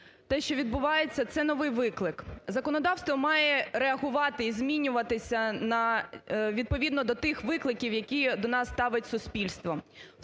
те, що відбувається – це новий виклик. Законодавство має реагувати і змінюватися відповідно до тих викликів, які до нас ставить суспільство,